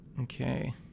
okay